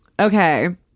Okay